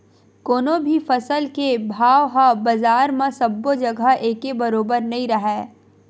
कोनो भी फसल के भाव ह बजार म सबो जघा एके बरोबर नइ राहय